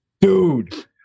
dude